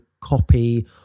copy